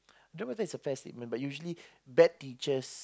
don't know whether it's a fair statement but usually bad teachers